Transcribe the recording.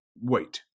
wait